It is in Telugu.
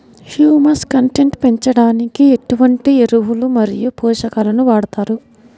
హ్యూమస్ కంటెంట్ పెంచడానికి ఎటువంటి ఎరువులు మరియు పోషకాలను వాడతారు?